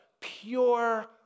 pure